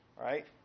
right